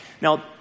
Now